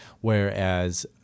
whereas